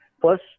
Plus